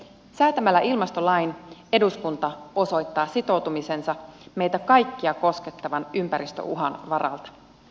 säätämällä ilmastolain eduskunta osoittaa sitoutumisensa meitä kaikkia koskettavan ympäristöuhan varalta